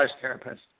therapist